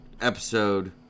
episode